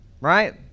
Right